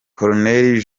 colonel